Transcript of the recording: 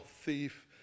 thief